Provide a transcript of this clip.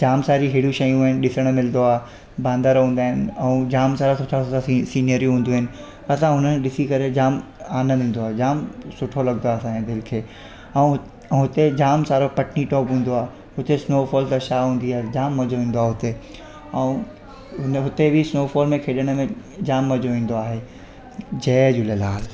जाम सारी एॾी शयूं आहिनि ॾिसण मिलंदो आहे बांदर हूंदा आहिनि ऐं जाम सारा सुठा सुठा सी सीनिरियूं हूंदियूं आहिनि असां हुनखे ॾिसी करे जाम आनंद ईंदो आहे जाम सुठो लॻंदो आहे असांखे दिलि खे ऐं ऐं हुते जाम सारा पटनी टॉप हूंदो आहे हुते स्नोफॉल न छा हूंदी आहे जाम मज़ो ईंदो आहे हुते ऐं उन उते बि स्नोफॉल में खेॾण में जाम मज़ो ईंदो आहे जय झूलेलाल